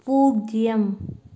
பூஜ்ஜியம்